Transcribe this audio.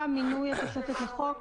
(שינוי התוספת לחוק),